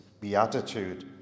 beatitude